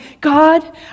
God